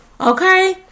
Okay